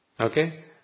Okay